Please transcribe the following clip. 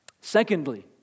Secondly